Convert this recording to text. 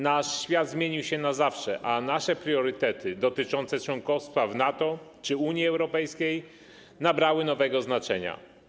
Nasz świat zmienił się na zawsze, a nasze priorytety dotyczące członkostwa w NATO czy Unii Europejskiej nabrały nowego znaczenia.